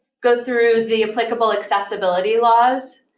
go through the applicable accessibility laws,